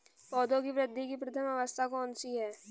पौधों की वृद्धि की प्रथम अवस्था कौन सी है?